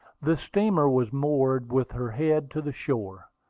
the steamer was moored with her head to the shore,